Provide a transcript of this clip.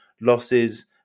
losses